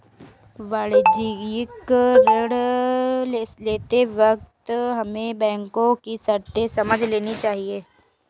वाणिज्यिक ऋण लेते वक्त हमें बैंको की शर्तें समझ लेनी चाहिए